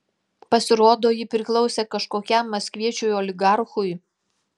pasirodo ji priklausė kažkokiam maskviečiui oligarchui